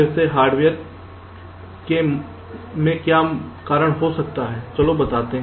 फिर से हार्डवेयर के मामले में क्या कारण हो सकता है चलो बताते हैं